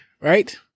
right